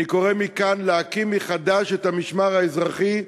אני קורא מכאן להקים מחדש את המשמר האזרחי.